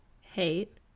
hate